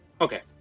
Okay